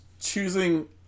Choosing